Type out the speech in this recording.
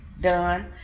done